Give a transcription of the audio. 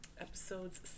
episodes